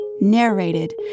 narrated